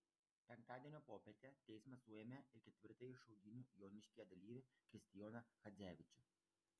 penktadienio popietę teismas suėmė ir ketvirtąjį šaudynių joniškyje dalyvį kristijoną chadzevičių